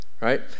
right